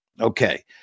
Okay